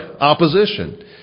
opposition